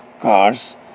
cars